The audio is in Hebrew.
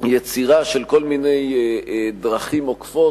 יצירה של כל מיני דרכים עוקפות,